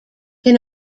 can